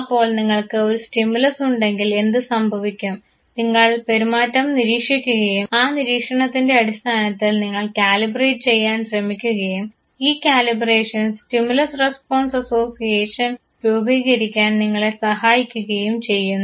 അപ്പോൾ നിങ്ങൾക്ക് ഒരു സ്റ്റിമുലസ് ഉണ്ടെങ്കിൽ എന്ത് സംഭവിക്കും നിങ്ങൾ പെരുമാറ്റം നിരീക്ഷിക്കുകയും ആ നിരീക്ഷണത്തിൻറെ അടിസ്ഥാനത്തിൽ നിങ്ങൾ കാലിബ്രേറ്റ് ചെയ്യാൻ ശ്രമിക്കുകയും ഈ കാലിബ്രേഷൻ സ്റ്റിമുലസ് റെസ്പോൺസ് അസോസിയേഷൻ രൂപീകരിക്കാൻ നിങ്ങളെ സഹായിക്കുകയും ചെയ്യുന്നു